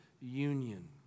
union